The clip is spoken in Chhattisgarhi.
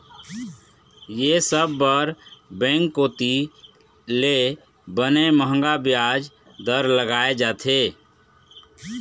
ये सब बर बेंक कोती ले बने मंहगा बियाज दर लगाय जाथे